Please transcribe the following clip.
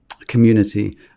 community